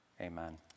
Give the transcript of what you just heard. Amen